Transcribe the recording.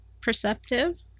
perceptive